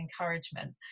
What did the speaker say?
encouragement